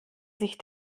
sich